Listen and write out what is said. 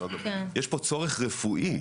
יש פה צורך רפואי.